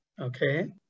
Okay